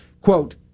Quote